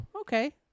okay